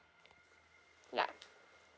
ya